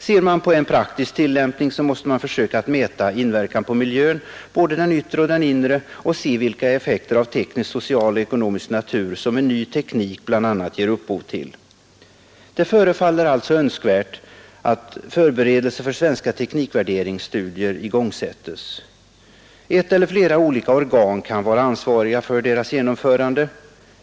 Ser man på en praktisk tillämpning, så måste man försöka att mäta inverkan på miljön, både den yttre och den inre, och se vilka effekter av teknisk, social och ekonomisk natur som en ny teknik bl.a. ger upphov till. Det förefaller alltså önskvärt att förberedelser för svenska teknikvärderingsstudier igångsättes. Ett eller flera olika organ kan vara ansvariga för deras genomförande.